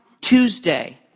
Tuesday